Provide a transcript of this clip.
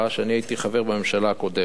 אני הייתי חבר בממשלה הקודמת,